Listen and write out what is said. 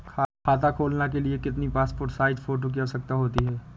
खाता खोलना के लिए कितनी पासपोर्ट साइज फोटो की आवश्यकता होती है?